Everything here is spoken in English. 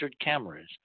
cameras